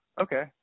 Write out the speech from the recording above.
Okay